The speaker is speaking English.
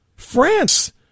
France